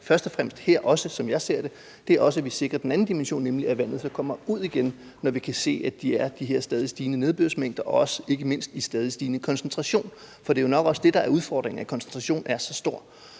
først og fremmest taler om her – som jeg ser det – er, at vi også sikrer den anden dimension, nemlig at vandet så kommer ud igen, når vi kan se, at der er de her stadigt stigende nedbørsmængder, og ikke mindst i stadigt stigende koncentration. For det er jo nok også det, der er udfordringen, altså at koncentrationen er så stor,